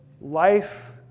life